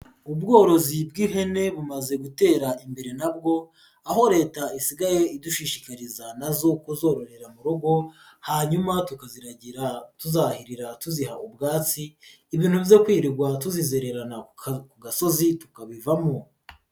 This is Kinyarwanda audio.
Ubworozi bw'ihene bumaze gutera imbere nabwo, aho Leta isigaye idushishikariza nazo kuzororera mu rugo, hanyuma tukaziragira tuzahirira tuziha ubwatsi, ibintu byo kwirirwa tuzizererana ku gasozi tukabivamo.